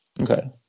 Okay